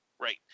Right